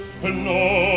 no